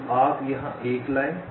तो आप यहां 1 लाएं